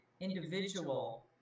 individual